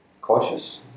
cautious